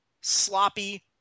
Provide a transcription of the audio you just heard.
sloppy